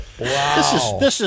Wow